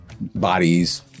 Bodies